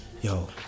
yo